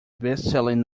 bestselling